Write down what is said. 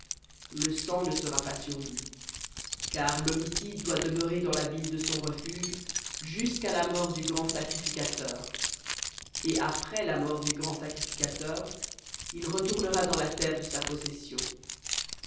le sang ne sera pas sur lui car l'homicide doit demeurer dans la ville de son refuge jusqu'à la mort du grand sacrificateur et après la mort du grand sacrificateur il retournera dans la terre de sa possession